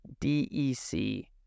DEC